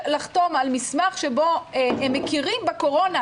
שבו הם מכירים בקורונה